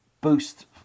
boost